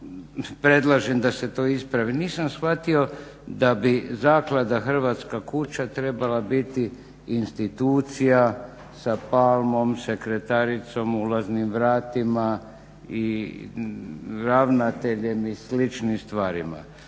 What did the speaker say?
predlažem da se to ispravi, nisam shvatio da bi Zaklada "Hrvatska kuća" trebala biti institucija sa palmom, sekretaricom, ulaznim vratima i ravnateljem i sličnim stvarima.